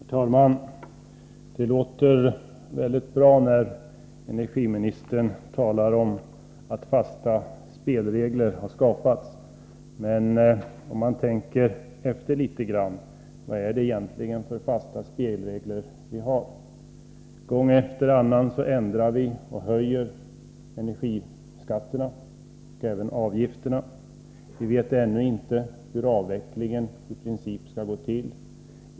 Herr talman! Det låter mycket bra när energiministern talar om att fasta spelregler har skapats. Men om man tänker efter litet — vad är det egentligen för fasta spelregler vi har? Gång efter annan ändrar vi och höjer energiskatterna och även avgifterna. Vi vet ännu inte hur avvecklingen i princip skall gå till.